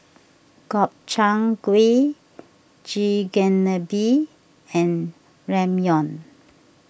Gobchang Gui Chigenabe and Ramyeon